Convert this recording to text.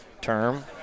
term